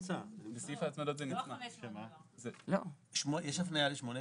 העדכון של הדבר הזה יצטרך להיעשות אחת